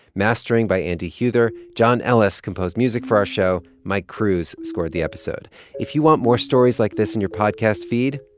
mastering by andy huether. john ellis composed music for our show. mike cruz scored the episode if you want more stories like this in your podcast feed,